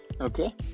Okay